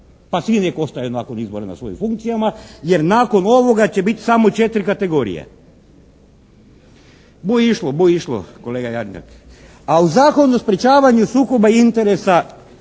pa svi nek ostaju nakon izbora na svojim funkcijama jer nakon ovoga će biti samo četiri kategorije. Bu išlo, bu išlo kolega Jarnjak, a u Zakonu o sprečavanju sukoba interesa